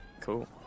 Cool